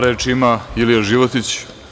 Reč ima Ilija Životić.